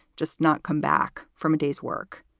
just not come back from a day's work.